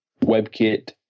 WebKit